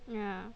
yeah